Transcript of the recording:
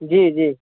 जी जी